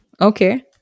Okay